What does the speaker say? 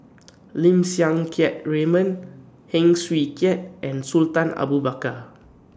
Lim Siang Keat Raymond Heng Swee Keat and Sultan Abu Bakar